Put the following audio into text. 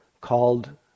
called